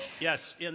Yes